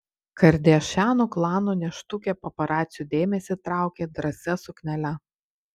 kardashianų klano nėštukė paparacių dėmesį traukė drąsia suknele